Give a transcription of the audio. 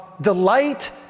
delight